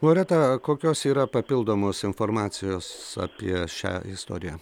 loreta kokios yra papildomos informacijos apie šią istoriją